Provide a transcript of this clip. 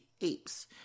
Apes